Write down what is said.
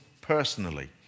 personally